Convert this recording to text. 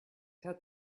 had